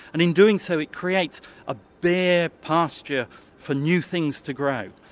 and in doing so it creates a bare pasture for new things to grow.